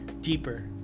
deeper